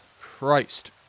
Christ